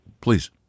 Please